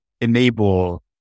enable